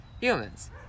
humans